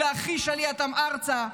ולהחיש עלייתם ארצה,